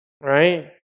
Right